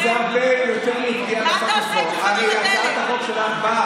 מה אתה עושה עם תחנות הדלק?